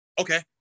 Okay